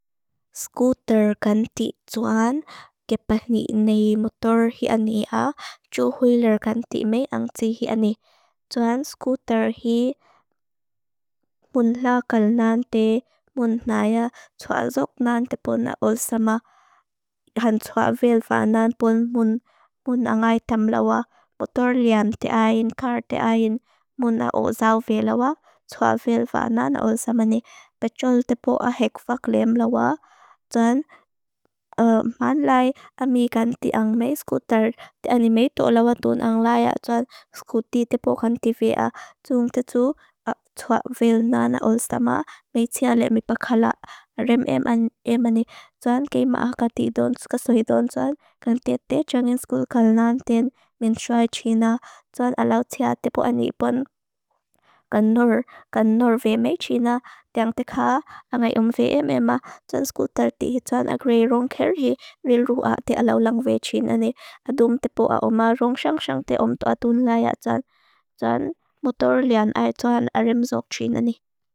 Skóóter kan tí tsúan. Kepa hni'ni motor hi'ani a, tsu huilir kan tímei ang tí hi'ani. Tsúan skóóter hii mun lakal nantei, mun naya, tsua zók nante pon a osama. Han tsua vilvanan pon mun angaytam lawa. Motor lian te ajen, kar te ajen, mun a osau vilwa. Tsua vilvanan a osamani. Pechol te po a hekfa klem lawa. Tsuan man lai a mi kan tí ang mei skóóter. Ti ani mei tó lawa tun ang laya, tsuan skóóti te po kan tí vea. Tsúng te tsú, tsua vilvana a osama. Mei tia lian mi pakala. Arim emani, tsuan kei maa ka tí don, ska suhi don, tsuan. Kan tete txangin skóól kan nantein. Min tsuay txina, tsuan alau tia te po ani pon kan nor. Kan nor vea mei txina. Tiang te kaa angayum vea eme maa, tsuan skóóter tí. Tsuan agri rung ker hii, vilua, te alau lang vea txina ni. Adum te po a oma, rung txang txang te om toa tun laya, tsuan. Tsuan motor lian ai, tsuan arim zók txina ni.